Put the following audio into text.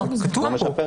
אנחנו גם נשמח